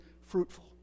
fruitful